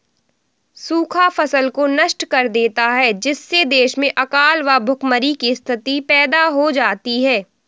सूखा फसल को नष्ट कर देता है जिससे देश में अकाल व भूखमरी की स्थिति पैदा हो जाती है